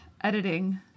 editing